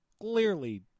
clearly